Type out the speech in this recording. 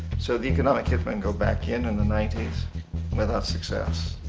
so, the economic hit men go back in in the ninety s without success.